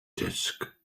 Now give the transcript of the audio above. disk